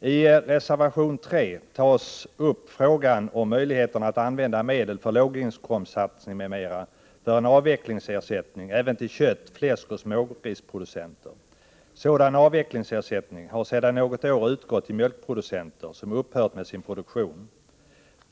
I reservation 3 tas upp frågan om möjligheten att använda medel för låginkomstsatsning m.m. för en avvecklingsersättning även till kött-, fläskoch smågrisproducenter. Sådan avvecklingsersättning har sedan något år utgått till mjölkproducenter som upphört med sin produktion.